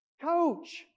Coach